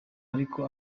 ariko